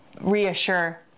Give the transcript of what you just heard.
reassure